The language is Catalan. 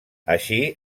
així